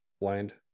blind